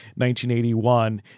1981